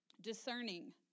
Discerning